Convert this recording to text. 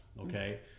okay